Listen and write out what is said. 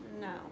No